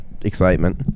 excitement